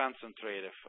concentrated